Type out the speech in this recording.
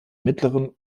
mittleren